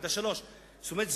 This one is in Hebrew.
עמדה 3. זאת אומרת,